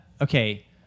Okay